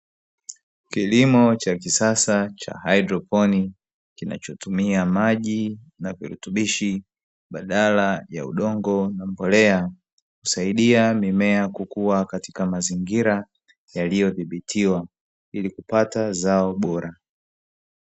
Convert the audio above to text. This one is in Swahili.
Kilimo cha kisasa cha haidroponi kinachotumia maji na virutubishi badala ya udongo na mbolea, husaidia mimea kukua katika mazingira yaliyodhibitiwa ili kupata zao bora.